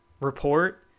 report